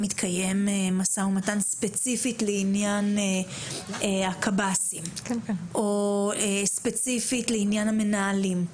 מתקיים משא ומתן ספציפית לעניין הקב"סים או ספציפית לעניין המנהלים,